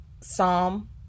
psalm